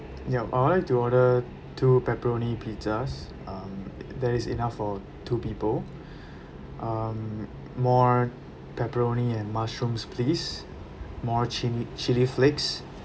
ya I would like to order two pepperoni pizzas um that is enough for two people um more pepperoni and mushrooms please more chilli chilli flakes